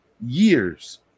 years